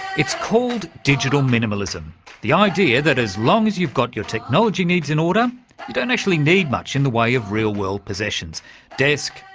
it's called digital minimalism the idea that as long as you've got your technology needs in order, you don't actually need much in the way of real world possessions desk,